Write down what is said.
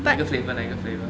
哪一个 flavour 哪一个 flavour